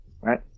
right